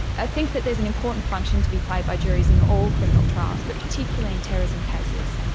i think that there's an important function to be played by juries in all criminal trials but particularly in terrorism cases.